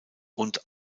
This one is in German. und